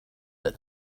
that